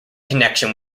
connection